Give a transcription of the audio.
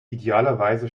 idealerweise